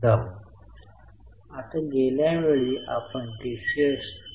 वाढीव म्हणजे खरेदी केली गेली आहे परंतु डेप्रिसिएशनकमी होत आहे